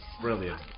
brilliant